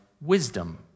wisdom